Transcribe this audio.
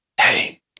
hey